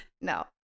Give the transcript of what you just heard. No